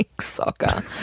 soccer